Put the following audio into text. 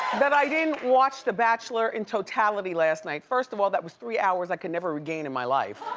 that i didn't watch the bachelor in totality last night, first of all, that was three hours i could never regain in my life.